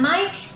Mike